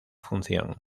función